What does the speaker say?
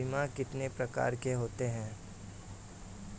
बीमा कितनी प्रकार के होते हैं?